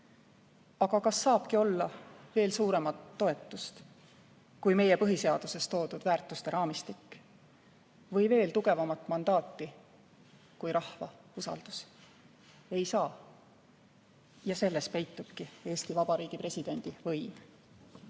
Aga kas saabki olla veel suuremat toetust kui meie põhiseaduses toodud väärtuste raamistik? Või veel tugevamat mandaati kui rahva usaldus? Ei saa. Ja selles peitubki Eesti Vabariigi presidendi võim.